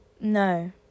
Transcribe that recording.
no